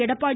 Edappadi